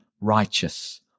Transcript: righteous